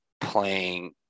playing